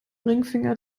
ringfinger